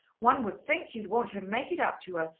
one would think you'd want to make it up to her,